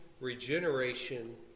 regeneration